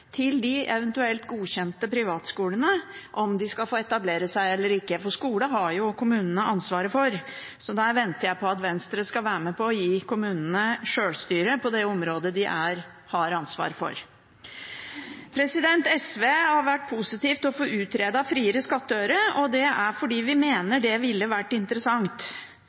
til om de eventuelt godkjente privatskolene skal få etablere seg eller ikke, for skole har jo kommunene ansvaret for. Jeg venter på at Venstre skal være med på å gi kommunene sjølstyre på de områdene de har ansvar for. SV har vært positiv til å utrede friere skattøre, og det er fordi vi mener det ville vært interessant.